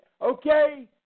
okay